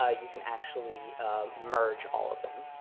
ah you can actually merge all of them.